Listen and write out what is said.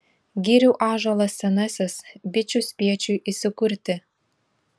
girių ąžuolas senasis bičių spiečiui įsikurti